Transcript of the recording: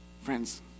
Friends